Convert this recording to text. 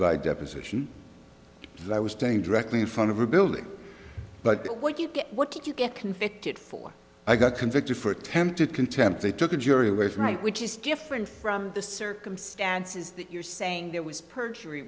by deposition that i was staying directly in front of a building but what you what did you get convicted for i got convicted for attempted contempt they took the jury away from right which is different from the circumstances that you're saying that was perjury